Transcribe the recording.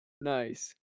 Nice